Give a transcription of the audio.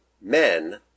men